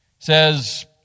says